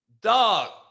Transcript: dog